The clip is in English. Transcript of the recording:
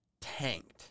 tanked